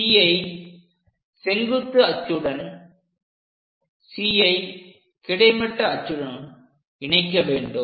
C ஐ செங்குத்து அச்சுடனும் Cஐ கிடைமட்ட அச்சுடனும் இணைக்க வேண்டும்